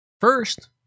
first